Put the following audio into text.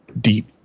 deep